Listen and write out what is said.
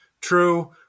true